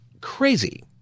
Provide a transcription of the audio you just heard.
crazy